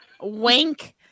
Wink